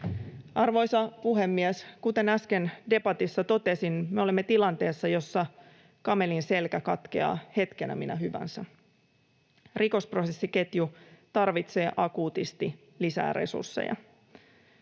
Arvoisa puhemies! Kuten äsken debatissa totesin, me olemme tilanteessa, jossa kamelin selkä katkeaa hetkenä minä hyvänsä. Rikosprosessiketju tarvitsee akuutisti lisää resursseja.